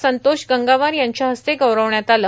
संतोष गंगावार यांच्या हस्ते गौरविण्यात आलं